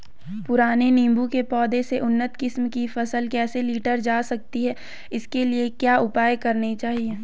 पुराने नीबूं के पौधें से उन्नत किस्म की फसल कैसे लीटर जा सकती है इसके लिए क्या उपाय करने चाहिए?